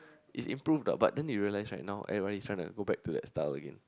it's improve but then you realise right now everyone was try to go back to that style again